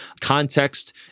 context